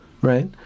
Right